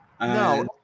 No